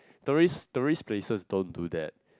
tourist tourist places don't do that